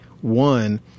one